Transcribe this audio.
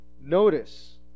Notice